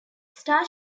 star